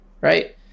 Right